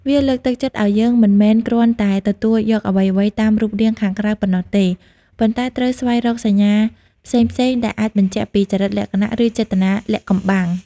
វាលើកទឹកចិត្តឲ្យយើងមិនមែនគ្រាន់តែទទួលយកអ្វីៗតាមរូបរាងខាងក្រៅប៉ុណ្ណោះទេ ប៉ុន្តែត្រូវស្វែងរកសញ្ញាផ្សេងៗដែលអាចបញ្ជាក់ពីចរិតលក្ខណៈ ឬចេតនាលាក់កំបាំង។